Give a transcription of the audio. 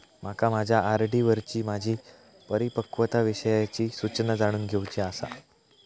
माका माझ्या आर.डी वरची माझी परिपक्वता विषयची सूचना जाणून घेवुची आसा